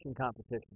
competition